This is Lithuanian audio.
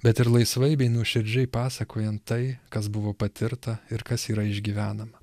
bet ir laisvai bei nuoširdžiai pasakojant tai kas buvo patirta ir kas yra išgyvenama